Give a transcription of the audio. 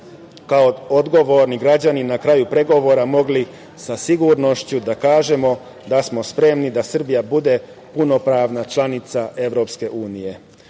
kao odgovorni građani na kraju pregovora, mogli sa sigurnošću da kažemo da smo spremni da Srbija bude punopravna članica EU.Srbija